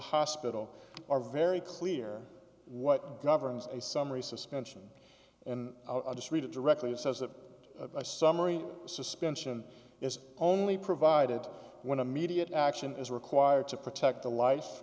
hospital are very clear what governs a summary suspension and i just read it directly it says that a summary suspension is only provided when a media action is required to protect the life